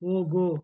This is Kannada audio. ಹೋಗು